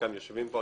שחלקם יושבים פה,